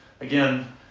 again